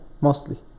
mostly